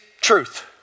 Truth